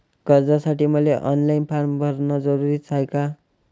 कर्जासाठी मले online form भरन जरुरीच हाय का?